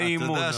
באי-אמון.